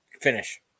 Finish